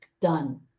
Done